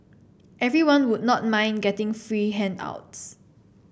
everyone would not mind getting free handouts